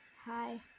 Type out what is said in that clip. Hi